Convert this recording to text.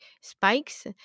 spikes